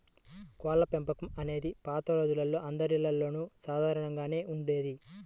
కోళ్ళపెంపకం అనేది పాత రోజుల్లో అందరిల్లల్లోనూ సాధారణంగానే ఉండేది